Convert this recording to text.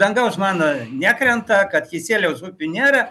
dangaus mana nekrenta kad kisieliaus upių nėra